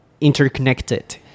interconnected